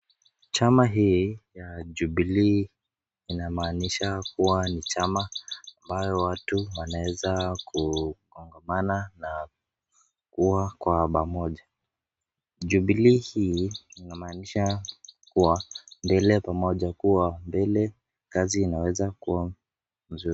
Chama hii ya Jubilee inamaanisha kuwa ni chama ambao watu wanaweza kuangamana na kuwa kwa pamoja. Jubilee hii ina maanisha kuwa mbele pamoja, kuwa mbele kazi ina weza kuwa mzuri.